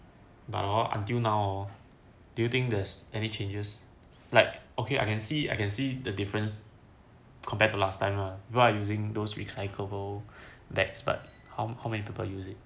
but hor until now hor do you think there is any changes like okay I can see I can see the difference compared to last time lah people are using those recyclable bags but how how many people use it